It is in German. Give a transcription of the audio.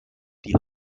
die